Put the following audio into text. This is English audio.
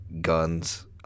guns